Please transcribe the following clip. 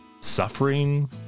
suffering